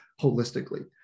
holistically